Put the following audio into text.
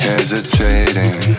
Hesitating